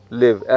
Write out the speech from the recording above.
live